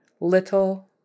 Little